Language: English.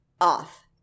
off